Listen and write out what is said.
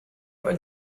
pas